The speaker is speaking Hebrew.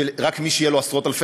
ורק מי שיהיו לו עשרות-אלפי,